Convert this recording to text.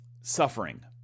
suffering